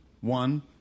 one